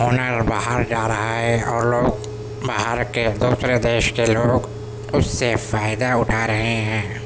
ہنر باہر جا رہا ہے اور لوگ باہر کے دوسرے دیش کے لوگ اس سے فائدہ اٹھا رہے ہیں